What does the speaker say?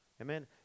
Amen